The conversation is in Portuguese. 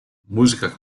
música